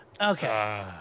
Okay